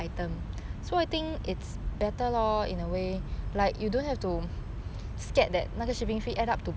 ya 对